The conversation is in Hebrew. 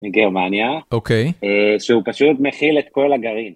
גרמניה אוקיי שהוא פשוט מכיל את כל הגרעין.